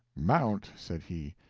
mount, said he,